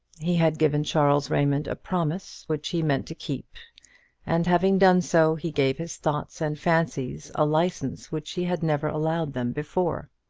he had given charles raymond a promise which he meant to keep and having done so, he gave his thoughts and fancies a license which he had never allowed them before.